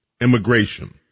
immigration